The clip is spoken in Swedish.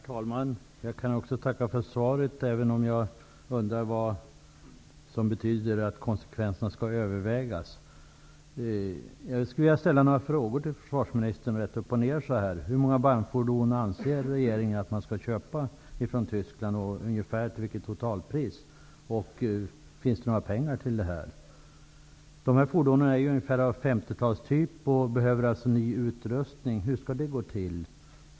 Herr talman! Jag kan också tacka för svaret, även om jag undrar vad det betyder att konsekvenserna skall övervägas. MT-LB-fordonen är ungefär av 50-talstyp och kräver alltså ny utrustning. Hur skall man gå till väga?